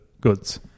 goods